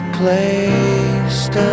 placed